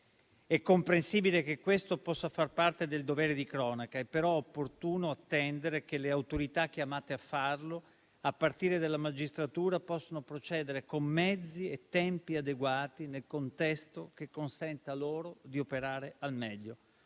è comprensibile che questo possa far parte del dovere di cronaca, è però opportuno attendere che le autorità chiamate a farlo, a partire dalla magistratura, possano procedere con mezzi e tempi adeguati in un contesto che consenta loro di operare al meglio.